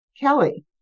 Kelly